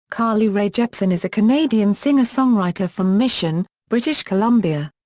carly rae jepsen is a canadian singer-songwriter from mission, british columbia.